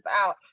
out